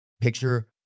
Picture